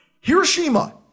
Hiroshima